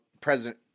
president